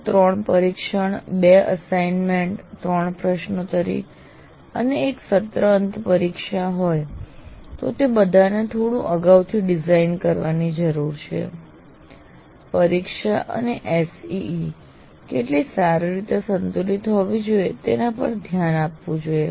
જો 3 પરીક્ષણ 2 અસાઇનમેન્ટ 3 પ્રશ્નોત્તરી અને 1 સત્ર અંત પરીક્ષા હોય તો તે બધાને થોડી અગાઉથી ડિઝાઈન કરવાની જરૂર છે પરીક્ષા અને SEE કેટલી સારી રીતે સંતુલિત હોવી જોઈએ તેના પર ધ્યાન આપવું જોઈએ